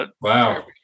Wow